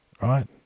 Right